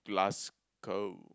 Glasgow